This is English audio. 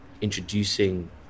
introducing